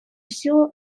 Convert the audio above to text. силу